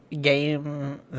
game